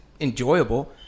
enjoyable